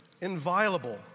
inviolable